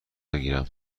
بگیرم